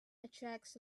attracts